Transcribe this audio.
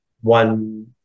one